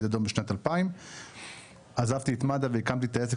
אדום בשנת 2000. עזבתי את מד"א והקמתי את העסק